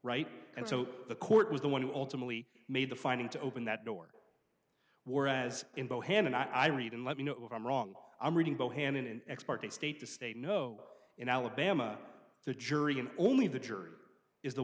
right and so the court was the one who ultimately made the finding to open that door were as in both hand and i read and let me know if i'm wrong i'm reading both hand in an expert to state to state no in alabama the jury and only the jury is the